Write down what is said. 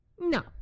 no